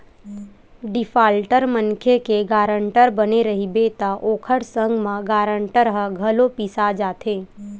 defaulter मनखे के guarantor बने रहिबे त ओखर संग म गारंटर ह घलो पिसा जाथे